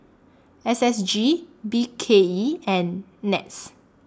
S S G B K E and Nets